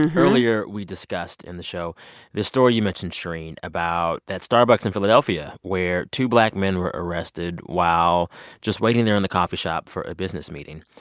and earlier, we discussed in the show the story you mentioned, shereen, about that starbucks in philadelphia where two black men were arrested while just waiting there in the coffee shop for a business meeting.